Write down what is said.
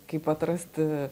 kaip atrasti